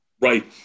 Right